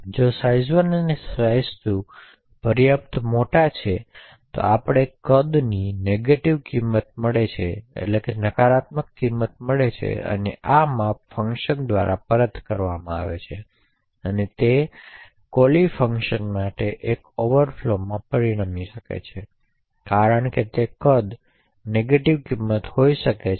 તેથી જો size1 અને size2 પર્યાપ્ત મોટા છે આપણે કદની નકારાત્મક કિંમત મળે છે આ માપ ફંકશન દ્વારા પરત કરવામાં આવે છે અને તે callee ફંકશન માટે એક ઓવરફ્લો માં પરિણમી શકે છે કારણ કે કદ નકારાત્મક કિંમત હોઈ શકે છે